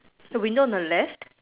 so we know the left